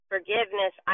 forgiveness